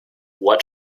what